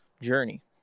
journey